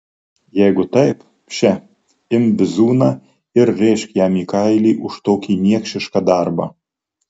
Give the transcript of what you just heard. jeigu taip še imk bizūną ir rėžk jam į kailį už tokį niekšišką darbą